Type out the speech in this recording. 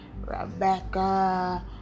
Rebecca